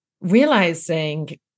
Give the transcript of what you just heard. realizing